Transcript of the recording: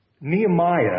Nehemiah